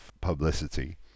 publicity